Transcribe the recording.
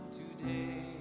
today